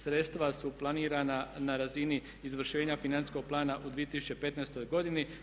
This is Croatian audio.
Sredstva su planirana na razini izvršenja financijskog plana u 2015. godini.